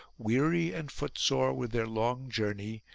weary and footsore with their long journey,